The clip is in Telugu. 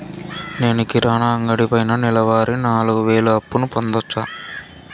నేను కిరాణా అంగడి పైన నెలవారి నాలుగు వేలు అప్పును పొందొచ్చా?